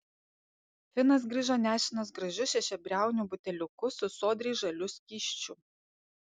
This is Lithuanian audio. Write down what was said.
finas grįžo nešinas gražiu šešiabriauniu buteliuku su sodriai žaliu skysčiu